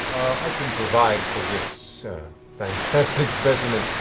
i can provide for this fantastic specimen,